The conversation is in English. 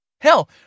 Hell